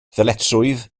ddyletswydd